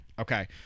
Okay